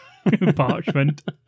Parchment